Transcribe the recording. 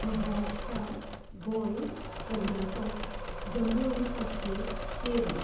महाराष्ट्रा गोंय कर्नाटक जम्मू आनी काश्मीर केरळ